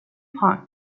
punk